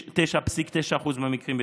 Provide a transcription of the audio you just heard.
ב-99.9% מהמקרים.